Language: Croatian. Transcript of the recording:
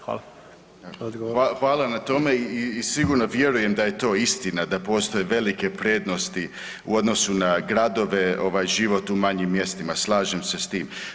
Hvala na tome i sigurno vjerujem da je to istina, da postoje velike prednosti u odnosu na gradove, život u manjim mjestima, slažem se s tim.